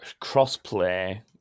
cross-play